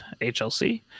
HLC